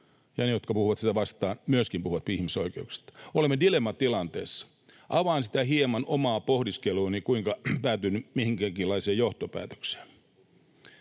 ja ne, jotka puhuvat sitä vastaan, myöskin puhuvat ihmisoikeuksista. Olemme dilemmatilanteessa. Avaan hieman omaa pohdiskeluani, kuinka olen päätynyt minkäkinlaiseen johtopäätökseen.